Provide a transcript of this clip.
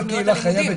את תוכניות הלימודים.